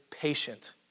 patient